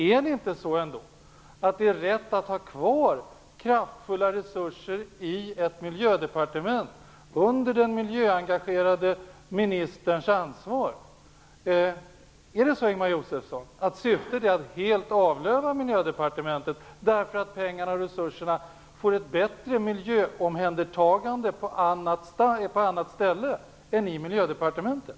Är det inte ändå så att det är riktigt att ha kvar kraftfulla resurser i ett miljödepartement, under den miljöengagerade ministerns ansvar? Är det så, Ingemar Josefsson, att syftet är att helt avlöva Miljödepartementet, därför att pengarna och resurserna får ett bättre miljöomhändertagande på annat ställe än i Miljödepartementet?